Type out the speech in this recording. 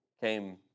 came